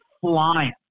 flying